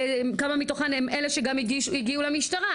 כמה מתוכן הן אלה שגם הגיעו למשטרה,